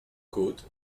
côtes